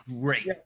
great